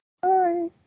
bye